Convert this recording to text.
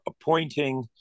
appointing